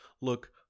look